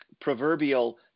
proverbial